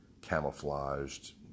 camouflaged